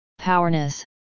powerness